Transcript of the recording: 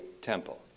temple